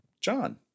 John